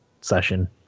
session